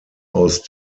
aus